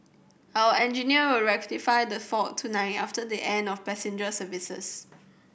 our engineer will rectify the fault tonight after the end of passenger services